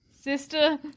Sister